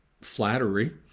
flattery